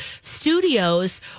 studios